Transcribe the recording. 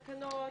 תקנות,